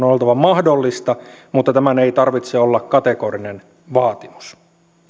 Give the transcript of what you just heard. on oltava mahdollista mutta tämän ei tarvitse olla kategorinen vaatimus